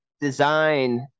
design